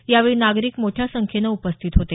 यावेळी नागरिक मोठ्या संख्येनं उपस्थित होते